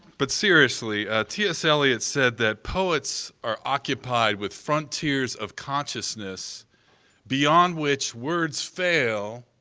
but seriously, t s. eliot said that poets are occupied with frontiers of consciousness beyond which words fail,